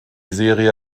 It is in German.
serie